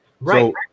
Right